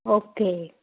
okay